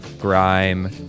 grime